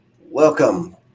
welcome